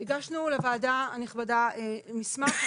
הגשנו לוועדה הנכבדה מסמך,